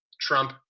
Trump